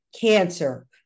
cancer